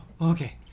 Okay